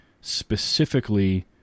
specifically